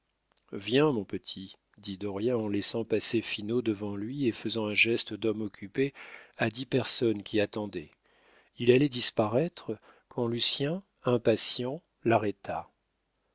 viens mon petit dit dauriat en laissant passer finot devant lui et faisant un geste d'homme occupé à dix personnes qui attendaient il allait disparaître quand lucien impatient l'arrêta